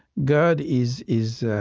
god is is